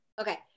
Okay